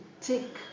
take